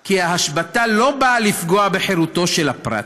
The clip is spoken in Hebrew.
כי ההשבתה לא באה לפגוע בחירותו של הפרט